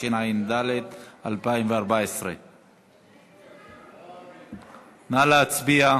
התשע"ד 2014. נא להצביע.